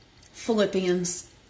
Philippians